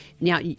Now